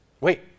Wait